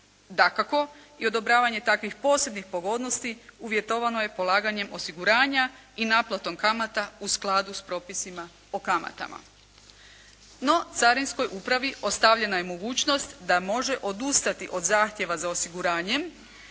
Dakako, i odobravanje takvih posebnih pogodnosti uvjetovano je polaganjem osiguranja i naplatom kamata u skladu s propisima o kamatama. No, carinskoj upravi ostavljena je mogućnost da može odustati od zahtjeva za osiguranje,